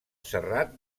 serrat